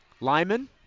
Lyman